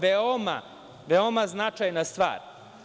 Veoma, veoma značajna stvar.